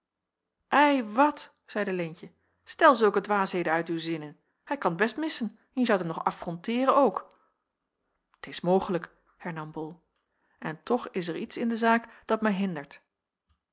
ei wat zeide leentje stel zulke dwaasheden uit uw zinnen hij kan t best missen en je zoudt hem nog affronteeren toe t is mogelijk hernam bol en toch is er iets in de zaak dat mij hindert